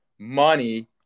Money